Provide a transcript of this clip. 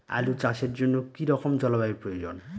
আলু চাষের জন্য কি রকম জলবায়ুর প্রয়োজন?